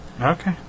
Okay